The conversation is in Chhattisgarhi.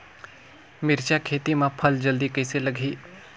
मिरचा खेती मां फल जल्दी कइसे लगही?